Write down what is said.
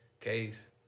case